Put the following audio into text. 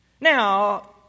Now